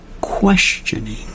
questioning